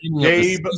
Gabe